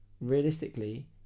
realistically